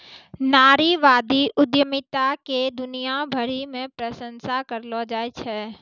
नारीवादी उद्यमिता के दुनिया भरी मे प्रशंसा करलो जाय छै